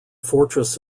fortress